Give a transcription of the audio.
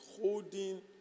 holding